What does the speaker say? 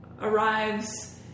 arrives